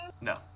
No